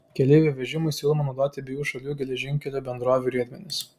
keleivių vežimui siūloma naudoti abiejų šalių geležinkelių bendrovių riedmenis